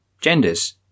genders